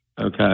okay